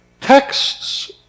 texts